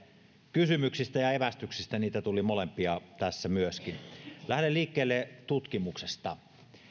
kysymyksistä ja evästyksistä niitä tuli molempia tässä myöskin lähden liikkeelle tutkimuksesta